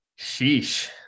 Sheesh